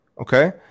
Okay